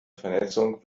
vernetzung